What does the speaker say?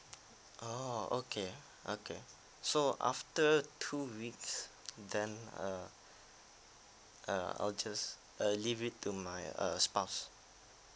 orh okay okay so after two weeks then err err I'll just err leave it to my err spouse